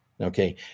Okay